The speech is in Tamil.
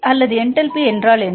அல்லது என்டல்பி என்றால் என்ன